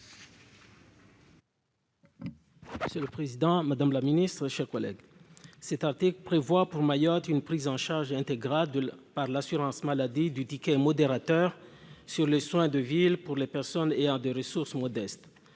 Monsieur le président, madame la ministre, mes chers collègues, le présent article prévoit pour Mayotte une prise en charge intégrale, par l'assurance maladie, du ticket modérateur sur les soins de ville pour les personnes ayant des ressources modestes.